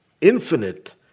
infinite